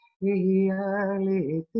reality